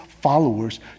followers